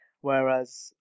Whereas